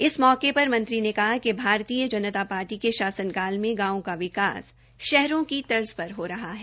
इस मौके पर मंत्री ने कहा कि भारतीय जनता पार्टी के शासन काल मे गांवों का विकास शहरों की तर्ज पर हो रहा है